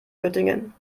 göttingen